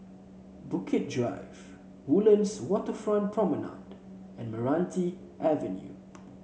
Bukit Drive Woodlands Waterfront Promenade and Meranti Avenue